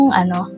ano